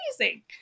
amazing